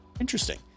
Interesting